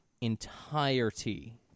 entirety